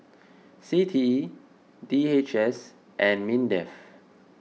C T E D H S and Mindef